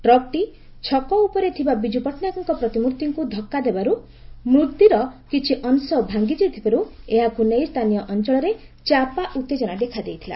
ଟ୍ରକ୍ଟି ଛକ ଉପରେ ଥିବା ବିଜୁ ପଟ୍ଟନାୟକଙ୍କ ପ୍ରତିମୂର୍ଭିକୁ ଧକ୍କା ଦେବାରୁ ମୂର୍ଭିର କିଛି ଅଂଶ ଭାଙ୍ଗି ଯାଇଥିବାରୁ ଏହାକୁ ନେଇ ସ୍ଚାନୀୟ ଅଅଳରେ ଚାପା ଉତ୍ତେଜନା ଦେଖାଦେଇଥିଲା